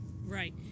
Right